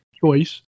choice